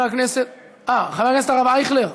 תודה רבה, אדוני השר.